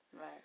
Right